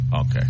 Okay